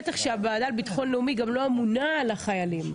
בטח שהוועדה לביטחון לאומי גם לא אמונה על החיילים.